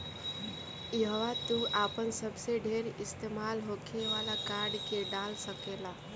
इहवा तू आपन सबसे ढेर इस्तेमाल होखे वाला कार्ड के डाल सकेल